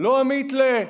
לא המיתלה,